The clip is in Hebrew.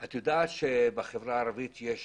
את יודעת שבחברה הערבית יש